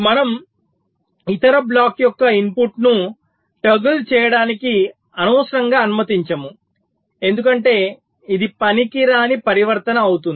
మనము ఇతర బ్లాక్ యొక్క ఇన్పుట్ను టోగుల్ చేయడానికి అనవసరంగా అనుమతించము ఎందుకంటే ఇది పనికిరాని పరివర్తన అవుతుంది